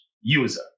user